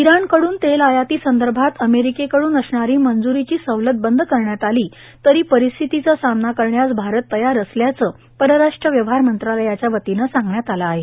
इराणकडून तेल आयातीसंदर्भात अमेरिकेकडून असणारी मंजूरीची सवलत बंद करण्यात आली तरी परिस्थितीचा सामना करण्यास भारत तयार असल्याचं परराष्ट्र व्यवहार मंत्रालयाच्या वतीनं सांगण्यात आलं आहे